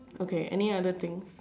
okay any other things